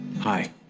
hi